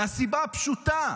מהסיבה הפשוטה: